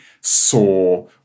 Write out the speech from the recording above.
saw